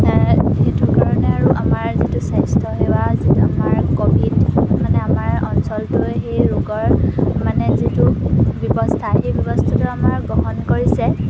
সেইটো কাৰণে আৰু আমাৰ যিটো স্বাস্থ্যসেৱা যিটো আমাৰ ক'ভিড মানে আমাৰ অঞ্চলটোৱে সেই ৰোগৰ মানে যিটো ব্যৱস্থা সেই ব্যৱস্থাটো আমাৰ গ্ৰহণ কৰিছে